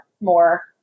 more